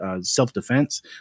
self-defense